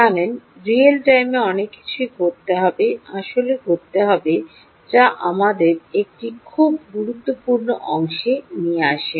জানেন রিয়েল টাইমে অনেক কিছুই হবে আসলে হবে যা আমাদের একটি খুব গুরুত্বপূর্ণ অংশে নিয়ে আসে